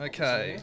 Okay